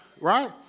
Right